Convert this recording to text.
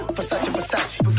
versace! versace,